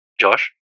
Josh